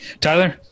Tyler